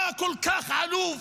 אתה כל כך עלוב,